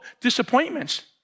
disappointments